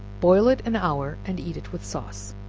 boil it an hour, and eat it with sauce.